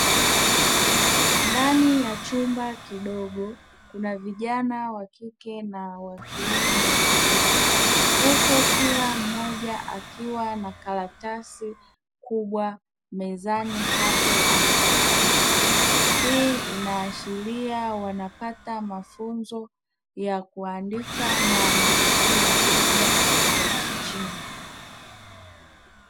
Ndani ya chumba kidogo kuna vijana wa kike na wa kiume wameketi, huku kila mmoja akiwa na karatasi kubwa mezani hapo akiandika, hii inaashiria wanapata mafunzo ya kuandika maandishi ya lugha ya kichina.